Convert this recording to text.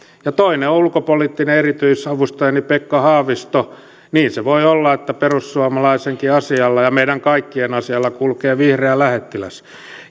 ja toinen on ulkopoliittinen erityisavustajani pekka haavisto niin se voi olla että perussuomalaisenkin asialla ja meidän kaikkien asialla kulkee vihreä lähettiläs